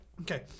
Okay